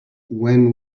when